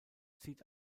zieht